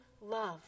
love